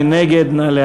מי נגד?